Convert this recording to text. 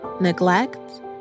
neglect